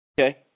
Okay